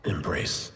Embrace